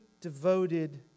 devoted